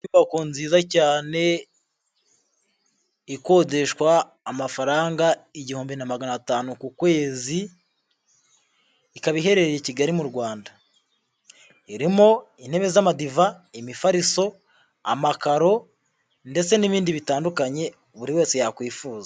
Inyubako nziza cyane ikodeshwa amafaranga igihumbi na magana tanu ku kwezi, ikaba iherereye i Kigali mu Rwanda. Irimo intebe z'amadiva, imifariso, amakaro ndetse n'ibindi bitandukanye buri wese yakwifuza.